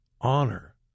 honor